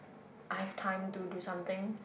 I have time to do something